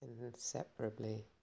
inseparably